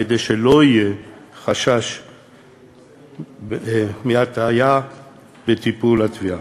כדי שלא יהיה חשש מהטיה בטיפולם בתביעה.